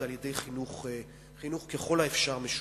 זה על-ידי חינוך ככל האפשר משותף.